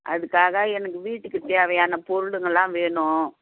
அதுக்காக எனக்கு வீட்டுக்குத் தேவையான பொருளுங்க எல்லாம் வேணும்